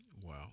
Wow